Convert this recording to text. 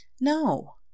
No